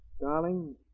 Darling